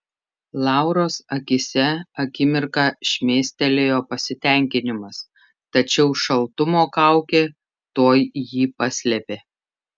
lauros akyse akimirką šmėstelėjo pasitenkinimas tačiau šaltumo kaukė tuoj jį paslėpė